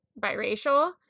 biracial